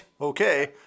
okay